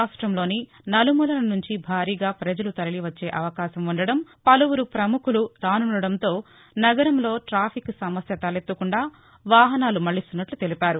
రాష్టంలోని నలుమూలల నుంచి భారీగా ప్రజలు తరలివచ్చే అవకాశం ఉండటం పలువురు ప్రముఖులు రానుండటంతో నగరంలో టాఫిక్ సమస్య తలెత్తకుండా వాహనాలు మళ్లిస్తున్నట్ల తెలిపారు